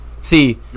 See